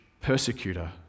persecutor